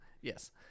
Yes